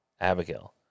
Abigail